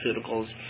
pharmaceuticals